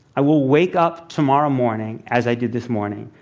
i will wake up tomorrow morning, as i did this morning,